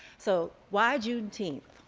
so why juneteenth?